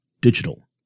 digital